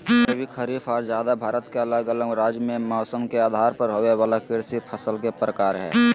रबी, खरीफ आर जायद भारत के अलग अलग राज्य मे मौसम के आधार पर होवे वला कृषि फसल के प्रकार हय